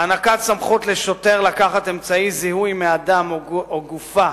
הענקת סמכות לשוטר לקחת אמצעי זיהוי מאדם או גופה